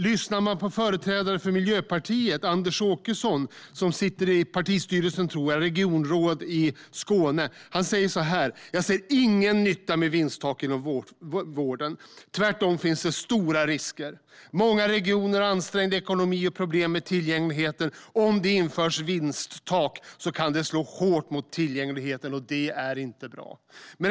Miljöpartiets företrädare Anders Åkesson, som sitter i partistyrelsen, tror jag, och är regionråd i Skåne, säger så här: "Jag ser ingen nytta med vinsttak inom vården. Tvärtom finns det stora risker. Många regioner har ansträngd ekonomi och problem med tillgängligheten. Om det införs vinsttak så kan det slå mot tillgängligheten, och det är inte bra."